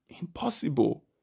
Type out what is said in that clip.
impossible